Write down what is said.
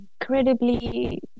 incredibly